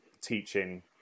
teaching